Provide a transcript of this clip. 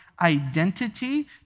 identity